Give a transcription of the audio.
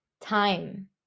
time